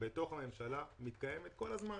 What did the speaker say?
בתוך הממשלה מתקיימת כל הזמן.